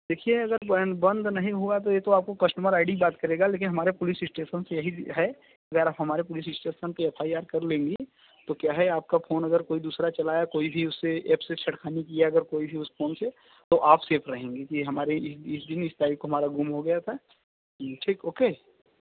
देखिए अगर बंद नहीं हुआ तो ये तो आपको कस्टमर आई डी बात करेगा लेकिन हमारे पुलिस स्टेशन से यही है अगर आप हमारे पुलिस स्टेशन से एफ आई आर कर लेंगी तो क्या है आपका फोन अगर कोई दूसरा चलाया कोई भी उस एप से छेड़खानी किया अगर कोई भी उस फोन से तो आप सेफ़ रहेंगी ये हमारे इस तारीख को गुम हो गया था ठीक ओके